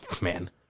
man